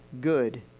good